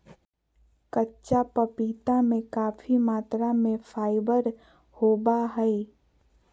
कच्चा पपीता में काफी मात्रा में फाइबर होबा हइ